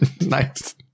Nice